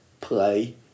Play